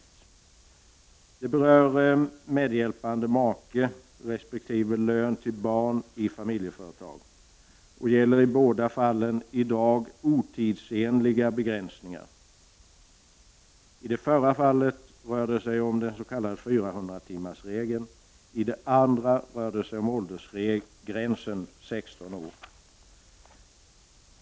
Det gäller regler för medhjälpande make resp. lön till barn i familjeföretag. I båda fallen förekommer i dag otidsenliga begränsningar. I fallet med medhjälpande make rör det sig om den s.k. 400-timmarsregeln, och i fallet med barn rör det sig om en åldersgräns på 16 år.